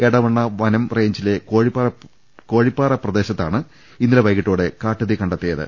എടവണ്ണ വനം റെയിഞ്ചിലെ കോഴിപ്പാറ പ്രദേശ ത്താണ് ഇന്നലെ വൈകീട്ടോടെ കാട്ടുതീ കണ്ടെത്തിയത്